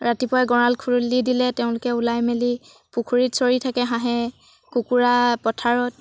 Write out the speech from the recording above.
ৰাতিপুৱাই গড়াল খুলি দিলে তেওঁলোকে ওলাই মেলি পুখুৰীত চৰি থাকে হাঁহে কুকুৰা পথাৰত